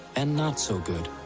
and not so good.